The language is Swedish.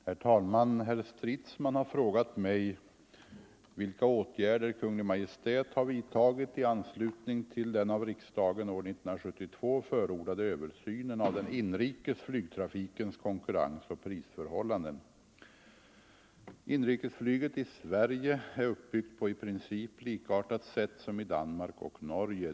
Herr talman! Herr Stridsman har frågat mig vilka åtgärder Kungl. Maj:t har vidtagit i anslutning till den av riksdagen år 1972 förordade översynen av den inrikes flygtrafikens konkurrensoch prisförhållanden. Inrikesflyget i Sverige är uppbyggt på i princip likartat sätt som i Danmark och Norge.